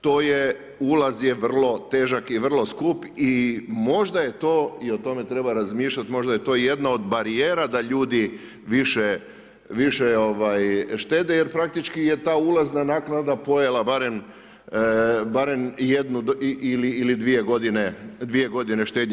To je, ulaz je vrlo težak i vrlo skup i možda je to i o tome treba razmišljati, možda je to jedna od barijera da ljudi više štede jer praktički je ta ulazna naknada pojela barem jednu ili dvije godine štednje.